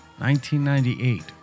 1998